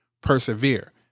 persevere